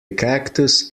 cactus